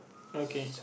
okay